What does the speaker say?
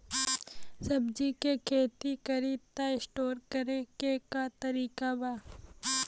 सब्जी के खेती करी त स्टोर करे के का तरीका बा?